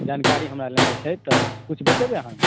जानकारी हमरा लेनाइ छै तऽ किछु बतेबै अहाँ